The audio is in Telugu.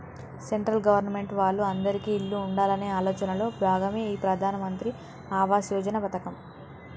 సెంట్రల్ గవర్నమెంట్ వాళ్ళు అందిరికీ ఇల్లు ఉండాలనే ఆలోచనలో భాగమే ఈ ప్రధాన్ మంత్రి ఆవాస్ యోజన పథకం